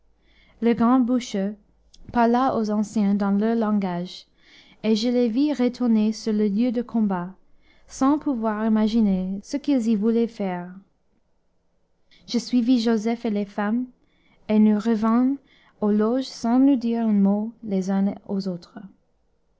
le grand bûcheux parla aux anciens dans leur langage et je les vis retourner sur le lieu du combat sans pouvoir m'imaginer ce qu'ils y voulaient faire je suivis joseph et les femmes et nous revînmes aux loges sans nous dire un mot les uns aux autres